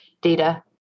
data